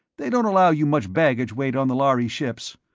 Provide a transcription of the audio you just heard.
they don't allow you much baggage weight on the lhari ships.